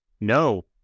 No